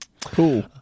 Cool